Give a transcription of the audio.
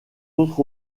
autres